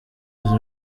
amazi